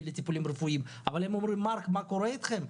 לטיפולים רפואיים אבל הם אומרים 'מרק מה קורה איתכם,